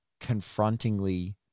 confrontingly